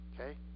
Okay